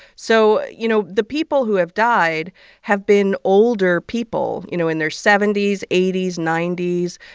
so, you know, the people who have died have been older people, you know, in their seventy s, eighty s, ninety s,